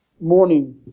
morning